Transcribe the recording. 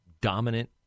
dominant